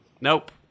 Nope